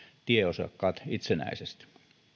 tieosakkaat itsenäisesti